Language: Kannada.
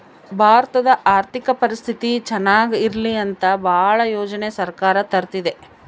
ಭಾರತದ ಆರ್ಥಿಕ ಪರಿಸ್ಥಿತಿ ಚನಾಗ ಇರ್ಲಿ ಅಂತ ಭಾಳ ಯೋಜನೆ ಸರ್ಕಾರ ತರ್ತಿದೆ